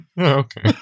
Okay